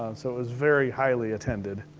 um so it was very highly attended.